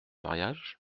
mariage